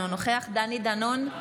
אינו נוכח דני דנון,